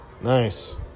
nice